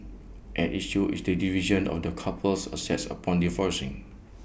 at issue is the division of the couple's assets upon divorcing